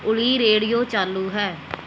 ਊਲੀ radio ਚਾਲੂ ਹੈ